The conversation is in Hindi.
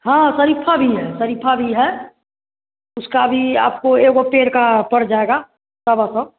हँ शरीफ़ा भी है सरीफ्फा भी है उसका भी आपको एगो पेड़ का पड़ जाएगा सवा सौ